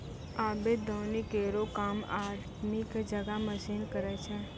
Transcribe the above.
आबे दौनी केरो काम आदमी क जगह मसीन करै छै